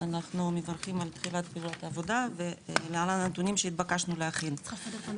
אנחנו מברכים על תחילת העבודה ולהלן הנתונים שהתבקשנו להתחיל.